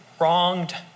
wronged